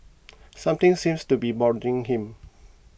something seems to be bothering him